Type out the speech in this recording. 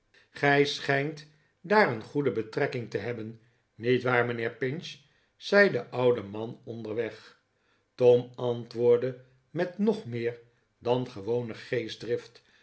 gij schijnt daar een goede betrekking te hebben niet waar mijnheer pinch zei de oude man onderweg tom antwoordde met nog meer dan gewone geestdrift